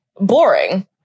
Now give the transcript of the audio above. boring